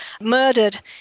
murdered